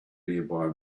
nearby